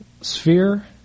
sphere